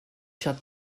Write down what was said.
shut